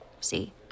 See